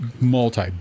multi